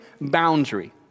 boundary